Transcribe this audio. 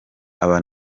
aba